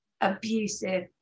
abusive